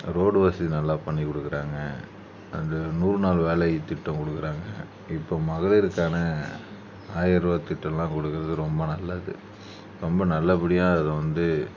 road வசதி நல்லா பண்ணி கொடுக்குறாங்க அந்த நூறு நாள் வேலை திட்டம் கொடுக்குறாங்க இப்போ மகளிருக்கான ஆயர ரூபா திட்டமெலாம் கொடுக்குறது ரொம்ப நல்லது ரொம்ப நல்லபடியாக அதை வந்து